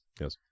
yes